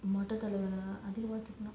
மொட்டை தலைவனை:motta thalaivanai until [what]